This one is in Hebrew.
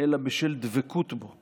אלא בשל דבקות בו,